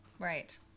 Right